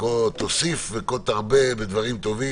שכה תוסיף וכה תרבה בדברים טובים,